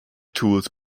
tools